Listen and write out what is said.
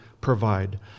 provide